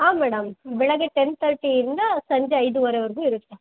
ಆಂ madam ಬೆಳಿಗ್ಗೆ ten ತರ್ಟಿಯಿಂದ ಸಂಜೆ ಐದೂವರೆವರೆಗೂ ಇರುತ್ತೆ